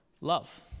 love